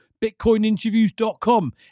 BitcoinInterviews.com